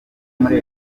muri